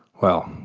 well,